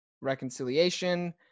reconciliation